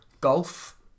golf